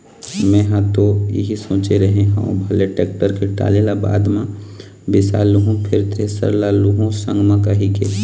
मेंहा ह तो इही सोचे रेहे हँव भले टेक्टर के टाली ल बाद म बिसा लुहूँ फेर थेरेसर ल लुहू संग म कहिके